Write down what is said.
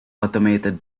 automated